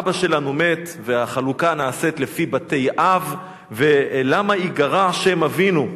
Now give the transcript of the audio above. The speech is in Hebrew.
אבא שלנו מת והחלוקה נעשית לפי בתי-אב ו"למה ייגרע שם אבינו?"